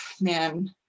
man